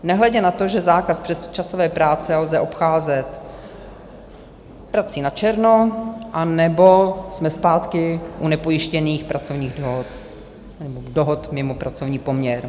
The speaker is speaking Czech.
Nehledě na to, že zákaz přesčasové práce lze obcházet prací načerno, anebo jsme zpátky u nepojištěných pracovních dohod nebo dohod mimo pracovní poměr.